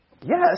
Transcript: Yes